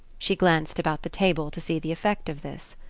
she glanced about the table to see the effect of this.